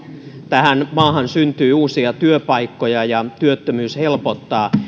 tähän maahan syntyy uusia työpaikkoja ja työttömyys helpottaa